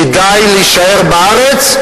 כדאי להישאר בארץ,